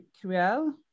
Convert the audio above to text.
Cruel